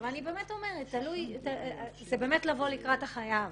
זה באמת לבוא לקראת החייב,